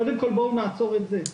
קודם כל בואו נעצור את זה.